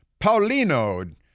Paulino